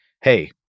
hey